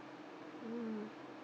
mm